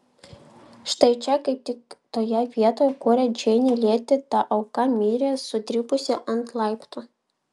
štai čia kaip tik toje vietoje kurią džeinė lietė ta auka mirė sudribusi ant laiptų